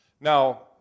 Now